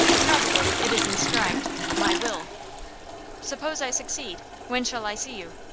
probably it is inscribed my will suppose i succeed, when shall i see you?